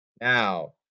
Now